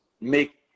make